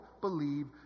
believe